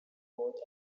both